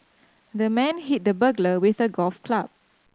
the man hit the burglar with a golf club